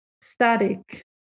static